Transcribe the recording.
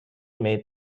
made